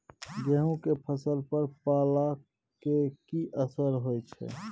गेहूं के फसल पर पाला के की असर होयत छै?